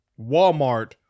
Walmart